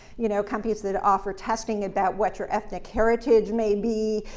you know, companies that offer testing about what your ethnic heritage may be,